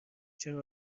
چرا